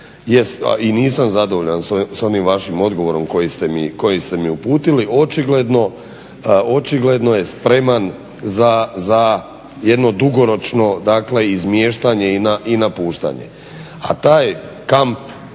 i nisam zadovoljan sa onim vašim odgovorom koji ste mi uputili očigledno je spreman za jedno dugoročno, dakle izmiještanje i napuštanje.